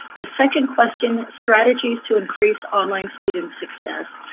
the second question, strategies to increase online students' success.